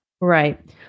Right